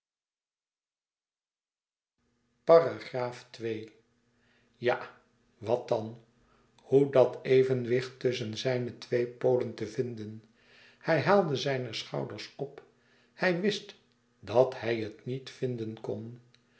ja wat dan hoe dat evenwicht tusschen zijne twee polen te vinden hij haalde zijne schouders op hij wist dat hij het niet vinden kon